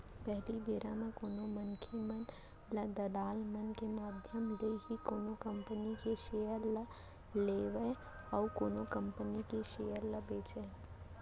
पहिली बेरा म कोनो मनसे मन ह दलाल मन के माधियम ले ही कोनो कंपनी के सेयर ल लेवय अउ कोनो कंपनी के सेयर ल बेंचय